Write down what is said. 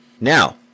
Now